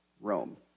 Rome